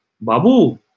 Babu